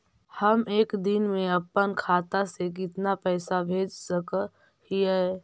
हम एक दिन में अपन खाता से कितना पैसा भेज सक हिय?